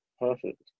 Perfect